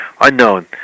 unknown